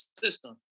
system